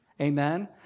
Amen